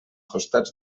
costats